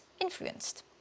influenced